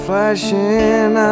Flashing